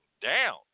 down